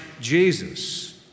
Jesus